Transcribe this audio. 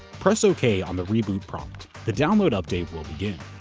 press ok on the reboot prompt. the download update will begin.